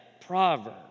proverb